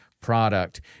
product